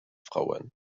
frauen